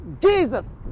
Jesus